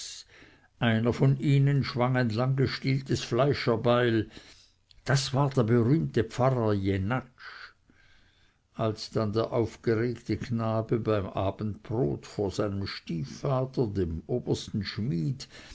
einer von ihnen schwang ein langgestieltes fleischerbeil das war der berühmte pfarrer jenatsch als dann der aufgeregte knabe beim abendbrot vor seinem stiefvater dem obersten schmid